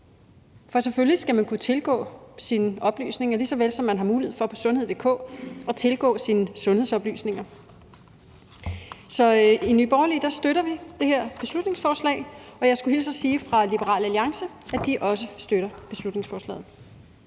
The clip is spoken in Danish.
For selvfølgelig skal man kunne tilgå sine oplysninger, lige så vel som man har mulighed for på sundhed.dk at tilgå sine sundhedsoplysninger. I Nye Borgerlige støtter vi det her beslutningsforslag. Og jeg skulle hilse at sige fra Liberal Alliance, at de også støtter beslutningsforslaget.